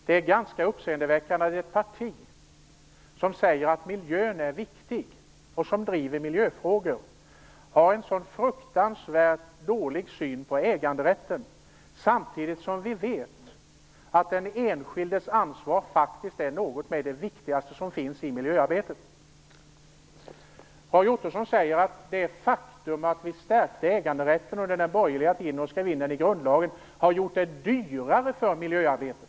Det är ganska uppseendeväckande att ett parti som säger att miljön är viktig och som driver miljöfrågor har en så fruktansvärt negativ syn på äganderätten. Samtidigt vet vi att den enskildes ansvar är något av det viktigaste som finns i miljöarbetet. Roy Ottosson säger att stärkandet av äganderätten under den borgerliga tiden och inskrivningen av den i grundlagen har gjort det dyrare att bedriva miljöarbete.